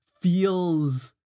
feels